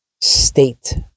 state